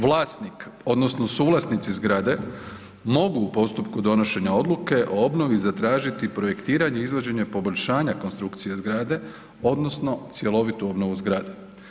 Vlasnik odnosno suvlasnici zgrade mogu u postupku donošenja odluke o obnovi zatražiti projektiranje izvođenja poboljšanja konstrukcije zgrade odnosno cjelovitu obnovu zgrade.